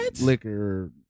liquor